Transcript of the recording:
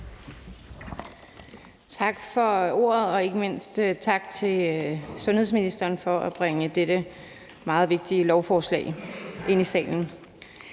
Tak for ordet, og ikke mindst tak til sundhedsministeren for at bringe dette meget vigtige lovforslag ind i salen.